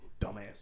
Dumbass